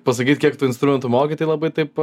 pasakyt kiek tų instrumentų moki tai labai taip